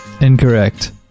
Incorrect